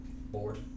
bored